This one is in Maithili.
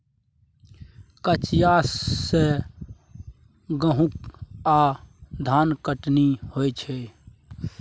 कचिया सँ गहुम आ धनकटनी होइ छै